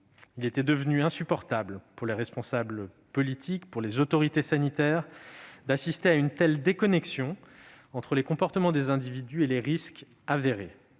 Il était devenu insupportable pour les responsables politiques et pour les autorités sanitaires de constater une telle déconnexion entre les comportements des individus et les risques avérés.